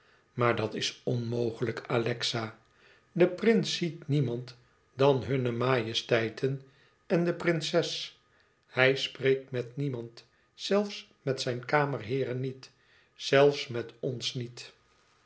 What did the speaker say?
maar dat is onmogelijk alexa de prins ziet niemand dan hunne majesteiten en de prinses hij spreekt met niemand e ids aargang zelfs met zijn kamerheeren niet zelfs met ns niet